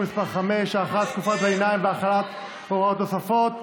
מס' 5) (הארכת תקופת הביניים והחלת הוראות נוספות),